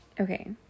okay